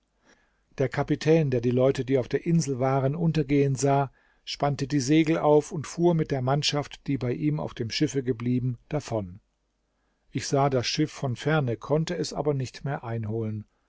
der kapitän der die leute die auf der insel waren untergehen sah spannte die segel auf und fuhr mit der mannschaft die bei ihm auf dem schiffe geblieben davon ich sah das schiff von ferne konnte es aber nicht mehr einholen